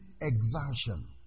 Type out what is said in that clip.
exertion